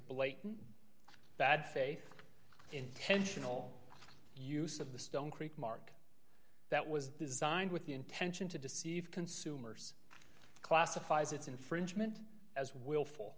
blatant bad faith intentional use of the stone creek mark that was designed with the intention to deceive consumers classifies its infringement as will